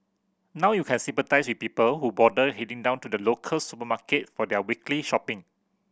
now you can sympathise with people who bother heading down to the local supermarket for their weekly shopping